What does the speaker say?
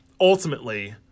ultimately